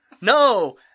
No